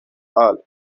البرای